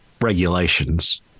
regulations